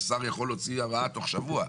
אז שר יכול להוציא הרעה תוך שבוע.